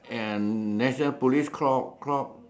and the national police clock clock